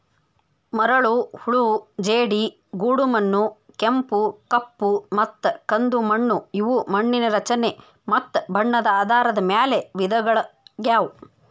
ಮರಳು, ಹೂಳು ಜೇಡಿ, ಗೋಡುಮಣ್ಣು, ಕೆಂಪು, ಕಪ್ಪುಮತ್ತ ಕಂದುಮಣ್ಣು ಇವು ಮಣ್ಣಿನ ರಚನೆ ಮತ್ತ ಬಣ್ಣದ ಆಧಾರದ ಮ್ಯಾಲ್ ವಿಧಗಳಗ್ಯಾವು